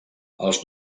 els